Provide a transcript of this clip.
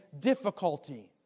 difficulty